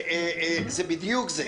זה בדיוק זה.